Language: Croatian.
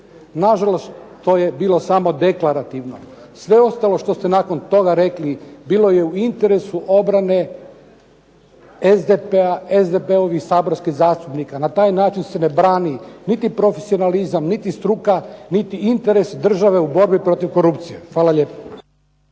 Nažalost, to je bilo samo deklarativno. Sve ostalo što ste nakon toga rekli bilo je u interesu obrane SDP-a, SDP-ovih saborskih zastupnika. Na taj način se ne brani niti profesionalizam niti struka niti interes države u borbi protiv korupcije. Hvala lijepo.